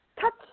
touch